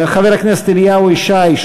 חבר הכנסת אליהו ישי,